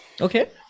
Okay